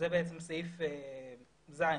זה סעיף (ז)